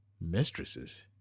Mistresses